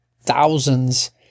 thousands